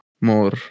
more